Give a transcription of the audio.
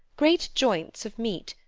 great joints of meat,